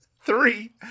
three